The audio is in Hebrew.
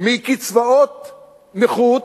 מקצבאות נכות